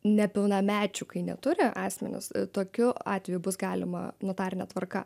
nepilnamečių kai neturi asmenys tokiu atveju bus galima notarine tvarka